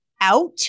out